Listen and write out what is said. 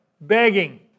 Begging